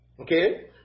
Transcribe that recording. Okay